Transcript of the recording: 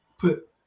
put